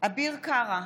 בהצבעה אביר קארה,